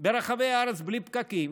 ברחבי הארץ בלי פקקים,